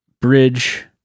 bridge